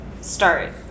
start